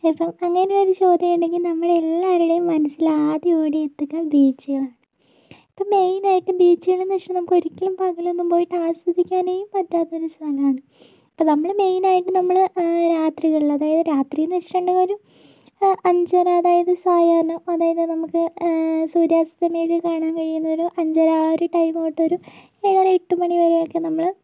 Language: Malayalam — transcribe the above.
ഇപ്പം അങ്ങനെയൊരു ചോദ്യം ഉണ്ടെങ്കി നമ്മളെല്ലാരുടേം മനസിൽ ആദ്യം ഓടിയെത്തുക ബീച്ചുകളാണ് ഇപ്പ മെയിനായിട്ട് ബീച്ചുകള്ന്ന് വെച്ചിട്ടുണ്ടെങ്കിൽ നമുക്കൊരിക്കലും പകലൊന്നും പോയിട്ട് ആസ്വദിക്കാനേ പറ്റാത്തൊരു സ്ഥലാണ് അപ്പോൾ നമ്മള് മെയിനായിട്ട് നമ്മള് രാത്രികളിൽ അതായത് രാത്രിന്നു വെച്ചിട്ടുണ്ടെങ്കി ഒരു അഞ്ചര അതായത് സായാഹ്നം അതായത് നമുക്ക് സൂര്യാസ്തമയൊക്കെ കാണാൻ കഴിയുന്നൊരു അഞ്ചര ആ ഒരു ടൈമ് തൊട്ടൊരു ഏഴര എട്ട് മണി വരെയൊക്കെ നമ്മള്